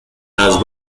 las